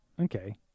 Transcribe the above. okay